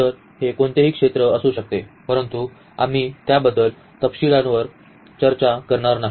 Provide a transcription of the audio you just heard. तर ते कोणतेही क्षेत्र असू शकते परंतु आम्ही त्याबद्दल तपशीलवार चर्चा करणार नाही